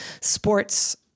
sports